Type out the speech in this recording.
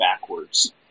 backwards